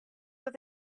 that